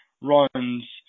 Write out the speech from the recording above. runs